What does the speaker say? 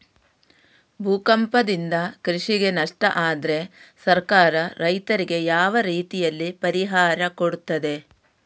ಭೂಕಂಪದಿಂದ ಕೃಷಿಗೆ ನಷ್ಟ ಆದ್ರೆ ಸರ್ಕಾರ ರೈತರಿಗೆ ಯಾವ ರೀತಿಯಲ್ಲಿ ಪರಿಹಾರ ಕೊಡ್ತದೆ?